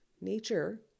nature